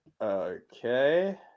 Okay